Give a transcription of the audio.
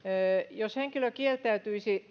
jos henkilö kieltäytyisi